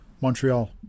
Montreal